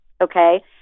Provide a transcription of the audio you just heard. okay